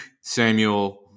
Samuel